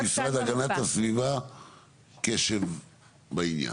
אני מבקש ממשרד הגנת הסביבה קשב בעניין.